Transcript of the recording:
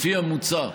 לפי המוצע,